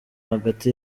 hagati